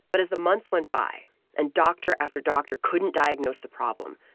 but as the months went by and doctor after doctor couldn't diagnose the problem,